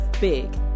big